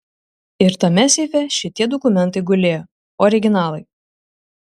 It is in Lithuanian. ir tame seife šitie dokumentai gulėjo originalai